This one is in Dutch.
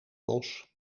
bos